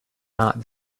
not